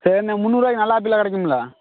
சரிண்ணே முந்நூறு ரூபாய்க்கு நல்ல ஆப்பிளாக கிடைக்கும்ல